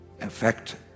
affect